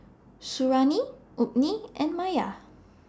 Suriani Ummi and Maya